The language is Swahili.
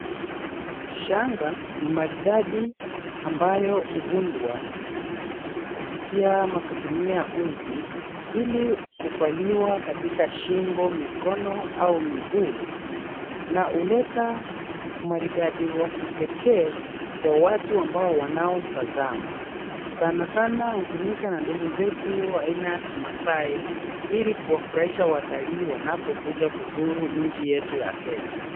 Shanga ni maridadi ambayo huundwa kupitia ama kutumia uzi ili kuvaliwa katika shingo, mikono au miguu na huleta umaridadi wa kipekee kwa watu ambao wanaotazama sanasana hutumika na ndugu zetu wa aina ya kimaasai ili kuwafurahisha watalii wanapokuja kuzuru nchi yetu ya Kenya.